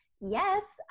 Yes